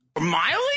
Miley